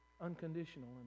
unconditional